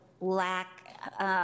lack